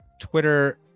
Twitter